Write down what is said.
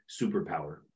superpower